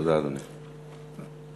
תודה, אדוני.